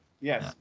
Yes